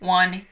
one